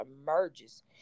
emerges